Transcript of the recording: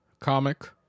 comic